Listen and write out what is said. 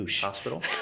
hospital